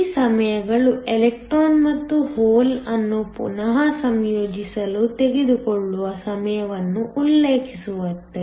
ಈ ಸಮಯಗಳು ಎಲೆಕ್ಟ್ರಾನ್ ಮತ್ತು ಹೋಲ್ವನ್ನು ಪುನಃ ಸಂಯೋಜಿಸಲು ತೆಗೆದುಕೊಳ್ಳುವ ಸಮಯವನ್ನು ಉಲ್ಲೇಖಿಸುತ್ತವೆ